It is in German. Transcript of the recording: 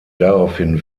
daraufhin